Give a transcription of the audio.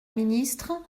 ministre